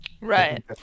Right